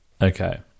Okay